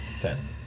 Ten